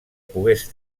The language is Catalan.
pogués